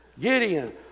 Gideon